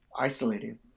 isolated